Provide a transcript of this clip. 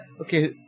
okay